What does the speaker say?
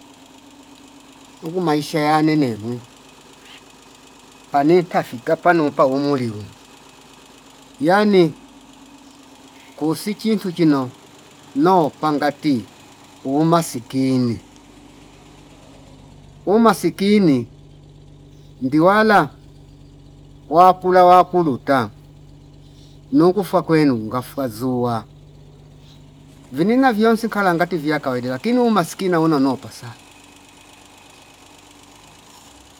Uku maisha yane nemwi pane tafika panupa umuli huu yani kusi chintu chino nopangati uumasikini- umasikini ndiwala wakula wakuluta nukufa kwenu ngafwa zuwa vinina viyonsi nkala ngati viya kawaidela lakini umaskina unono pasa